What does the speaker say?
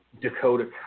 Dakota